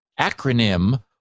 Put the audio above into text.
acronym